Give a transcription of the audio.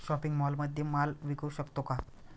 Shopping मॉलमध्ये माल विकू शकतो का?